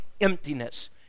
emptiness